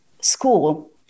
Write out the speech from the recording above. school